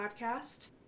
podcast